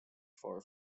far